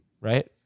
right